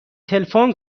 تلفن